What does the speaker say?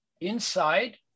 inside